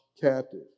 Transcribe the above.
captive